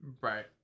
right